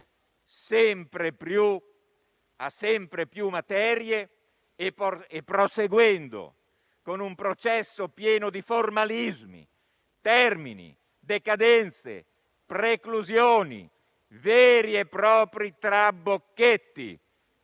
sempre più materie, e proseguendo con un processo pieno di formalismi, termini, decadenze, preclusioni e veri e propri trabocchetti,